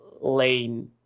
lane